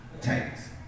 tanks